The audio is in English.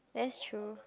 that's true